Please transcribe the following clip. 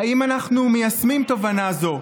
האם אנחנו מיישמים תובנה זו?